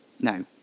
no